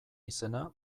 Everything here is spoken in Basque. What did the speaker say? izena